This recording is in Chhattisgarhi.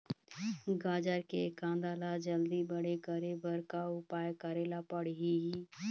गाजर के कांदा ला जल्दी बड़े करे बर का उपाय करेला पढ़िही?